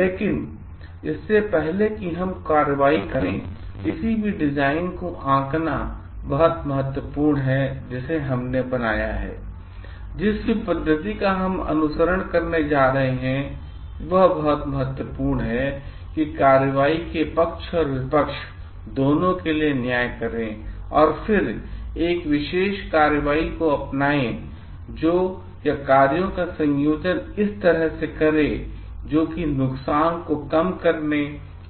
लेकिन इससे पहले कि हम कोई कार्रवाई करें किसी भी डिजाइन को आंकना बहुत महत्वपूर्ण है जिसे हमने बनाया है जिस भी पद्धति का हम अनुसरण करने जा रहे हैं यह बहुत महत्वपूर्ण है कि कार्रवाई के पक्ष और विपक्ष दोनों के लिए न्याय करें और फिर एक विशेष कार्रवाई को अपनाएं या कार्यों का संयोजन इस तरह करें जो कि नुकसान को कम करने